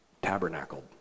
tabernacled